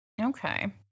okay